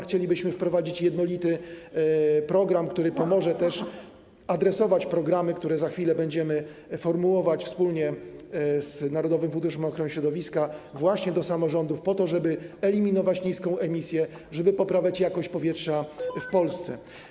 Chcielibyśmy wprowadzić jednolity program, który pomoże adresować programy, które za chwilę będziemy przygotowywać wspólnie z Narodowym Funduszem Ochrony Środowiska i Gospodarki Wodnej, do samorządów, po to żeby eliminować niską emisję, poprawiać jakość powietrza w Polsce.